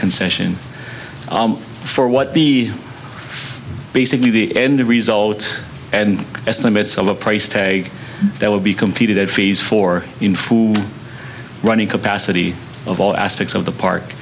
concession for what the basically the end result and estimates of a price tag that will be competed fees for in food running capacity of all aspects of the park